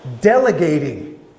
delegating